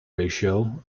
ratio